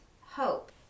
hope